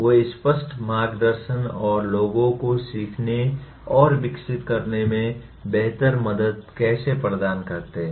वे स्पष्ट मार्गदर्शन और लोगों को सीखने और विकसित करने में बेहतर मदद कैसे प्रदान करते हैं